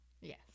Yes